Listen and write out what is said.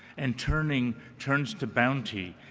and turning turns to bounty,